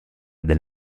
del